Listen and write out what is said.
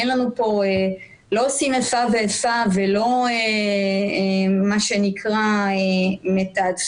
אנחנו לא עושים פה איפה ואיפה ולא מה שנקרא מתעדפים